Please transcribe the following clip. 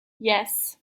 yes